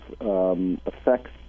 effects